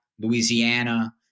Louisiana